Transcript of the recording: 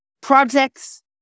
projects